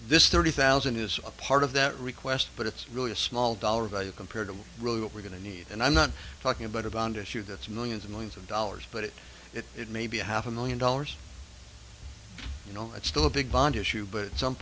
this thirty thousand is a part of that request but it's really a small dollar value compared to really what we're going to need and i'm not talking about a bond issue that's millions of millions of dollars but it may be a half a million dollars you know it's still a big bond issue but some